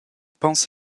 pense